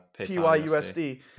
p-y-u-s-d